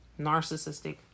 narcissistic